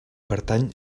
pertany